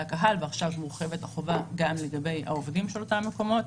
הקהל ועכשיו מורחבת החובה גם לגבי העובדים של אותם מקומות.